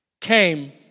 came